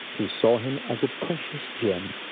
who saw him as a precious gem.